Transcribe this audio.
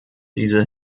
diese